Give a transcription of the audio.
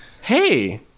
hey